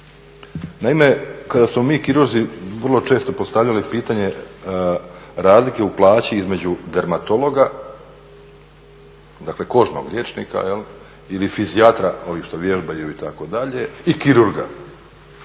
Naime, kada smo mi kirurzi vrlo često postavljali pitanje razlike u plaći između dermatologa, dakle kožnog liječnika ili fizijatra,